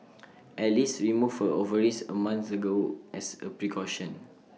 alice removed her ovaries A month ago as A precaution